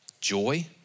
joy